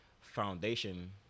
foundation